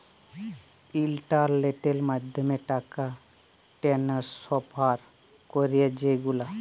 ইলটারলেটের মাধ্যমে টাকা টেনেসফার ক্যরি যে গুলা